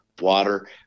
water